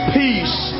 peace